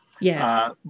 Yes